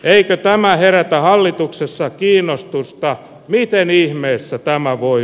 eikö tämä herättää hallituksessa kiinnostusta miten ihmeessä tämä voi